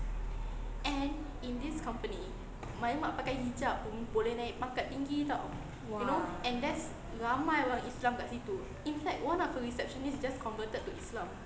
!wah!